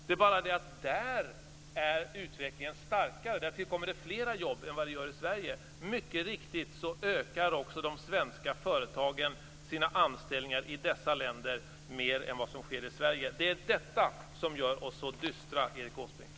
Det är bara det att där är utvecklingen starkare. Där tillkommer det fler jobb än vad det gör i Sverige. Mycket riktigt ökar också de svenska företagen sina anställningar i dessa länder - mer än vad man gör i Sverige. Det är detta som gör oss så dystra, Erik Åsbrink.